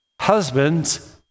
Husbands